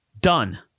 Done